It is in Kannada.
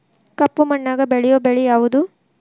ಕಪ್ಪು ಮಣ್ಣಾಗ ಬೆಳೆಯೋ ಬೆಳಿ ಯಾವುದು?